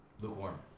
lukewarm